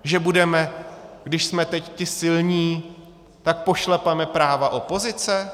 Že budeme, když jsme teď ti silní, tak pošlapeme práva opozice?